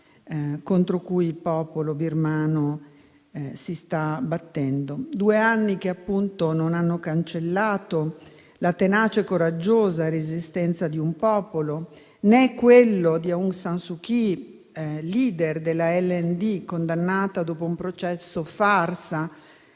contro cui il popolo birmano si sta battendo. Due anni che appunto non hanno cancellato la tenace e coraggiosa resistenza di un popolo, né quella di Aung San Suu Kyi, *leader* della LND, condannata a trentatré